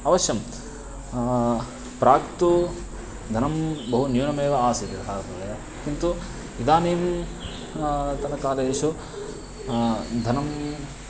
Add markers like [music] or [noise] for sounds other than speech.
अवश्यं प्राप्तुं धनं बहु न्यूनमेव आसीत् [unintelligible] किन्तु इदानीन्तन कालेषु धनम्